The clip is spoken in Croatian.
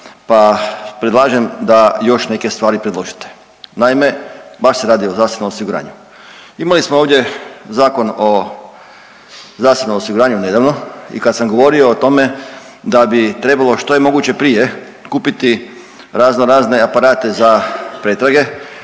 pa predlažem da još neke stvari predložite, naime baš se radi o zdravstvenom osiguranju. Imali smo ovdje Zakon o zdravstvenom osiguranju nedavno i kad sam govorio o tome da bi trebalo što je moguće prije kupiti razno razne aparate za pretrage